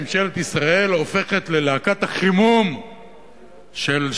ממשלת ישראל הופכת ללהקת החימום של,